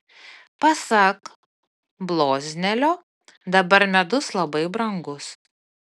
pasak bloznelio dabar medus labai brangus